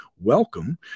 welcome